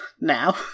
now